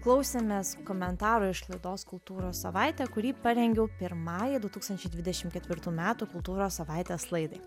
klausėmės komentarų iš laidos kultūros savaitė kurį parengiau pirmajai du tūkstančiai dvidešim ketvirtų metų kultūros savaitės laidai